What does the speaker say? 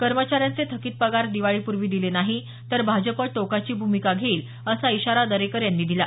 कर्मचाऱ्यांचे थकित पगार दिवाळीपूर्वी दिले नाही तर भाजप टोकाची भूमिका घेइल असा इशारा दरेकर यांनी दिला